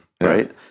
Right